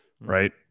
right